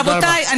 רבותיי,